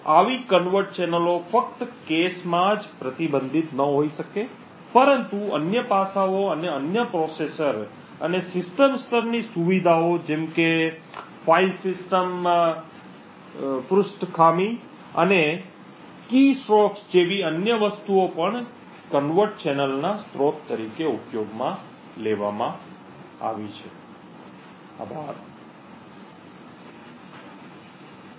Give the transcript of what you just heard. આવી કન્વર્ટ ચેનલો ફક્ત કૅશ માં જ પ્રતિબંધિત ન હોઈ શકે પરંતુ અન્ય પાસાઓ અથવા અન્ય પ્રોસેસર અને સિસ્ટમ સ્તરની સુવિધાઓ જેમ કે ફાઇલ સિસ્ટમ પૃષ્ઠ ખામી અને કીસ્ટ્રોક્સ જેવી અન્ય વસ્તુઓ પણ કન્વર્ટ ચેનલના સ્ત્રોત તરીકે ઉપયોગમાં લેવામાં આવી શકે છે